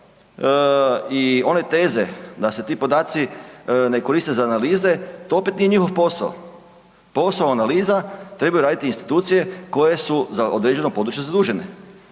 i one teze da se ti podaci ne koriste za analize, to opet nije njihov posao. Posao analiza trebaju raditi institucije koje su za određeno područje zadužene.